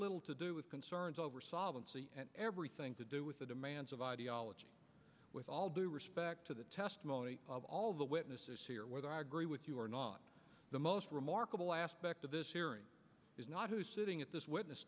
little to do with concerns over solvency everything to do with the demands of ideology with all due respect to the testimony of all of the witnesses here whether i agree with you or not the most remarkable aspect of this hearing is not who's sitting at this witness